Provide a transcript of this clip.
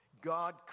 God